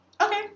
okay